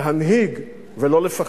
להנהיג ולא לפחד.